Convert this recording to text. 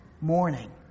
morning